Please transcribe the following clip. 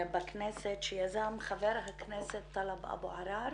בכנסת שיזם חבר הכנסת טלב אבו עראר